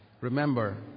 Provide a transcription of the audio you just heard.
Remember